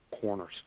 corners